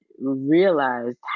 realized